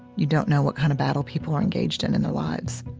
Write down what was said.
you don't know what kind of battle people are engaged in in their lives